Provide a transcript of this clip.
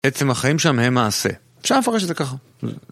עצם החיים שם הם מעשה, אפשר לפרש את זה ככה.